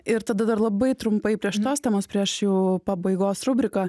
ir tada dar labai trumpai prie šitos temos prieš jau pabaigos rubriką